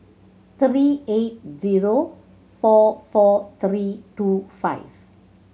three eight zero four four three two five